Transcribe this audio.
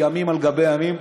ימים על גבי ימים,